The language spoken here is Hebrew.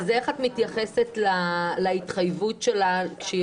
אז איך את מתייחסת להתחייבות שלה כשהיא